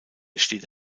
steht